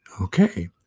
Okay